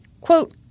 quote